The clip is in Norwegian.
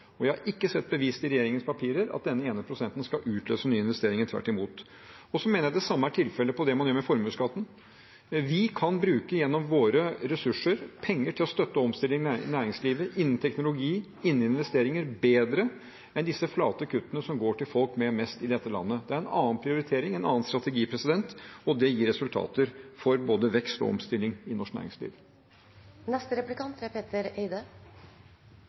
og jeg har ikke sett det bevist i regjeringens papirer at den ene prosenten skal utløse nye investeringer – tvert imot. Så mener jeg det samme er tilfellet for det man gjør med formuesskatten. Vi kan gjennom våre ressurser bruke penger til å støtte omstilling innen næringslivet, innen teknologi, innen investeringer bedre enn de flate kuttene som går til folk med mest i dette landet. Det er en annen prioritering, en annen strategi, og det gir resultater for både vekst og omstilling i norsk